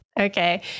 Okay